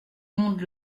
monde